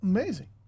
Amazing